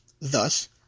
thus